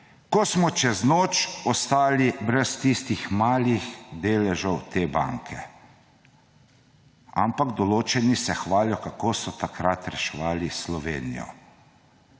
ko smo čez noč ostali brez tistih malih deležev te banke. Ampak določeni se hvalijo, kako so takrat reševali Slovenijo.